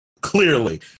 Clearly